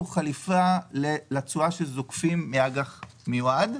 חליפי לתשואה שזוקפים היום מאג"ח מיועד,